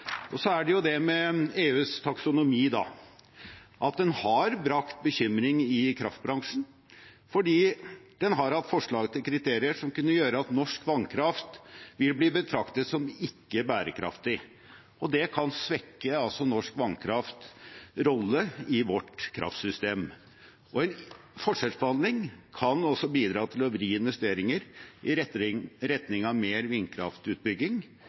Så er det slik med EUs taksonomi at den har brakt bekymring i kraftbransjen, fordi den har hatt forslag til kriterier som kunne gjøre at norsk vannkraft vil bli betraktet som ikke bærekraftig, og det kan svekke rollen til norsk vannkraft i vårt kraftsystem. En forskjellsbehandling kan også bidra til å vri investeringer i retning av mer vindkraftutbygging,